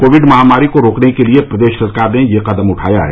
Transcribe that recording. Covid महामारी को रोकने के लिये प्रदेश सरकार ने यह कदम उठाया है